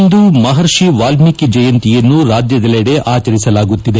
ಇಂದು ಮಹರ್ಷಿ ವಾಲ್ಮೀಕಿ ಜಯಂತಿಯನ್ನು ರಾಜ್ಯದಲ್ಲಿಡೆ ಆಚರಿಸಲಾಗುತ್ತಿದೆ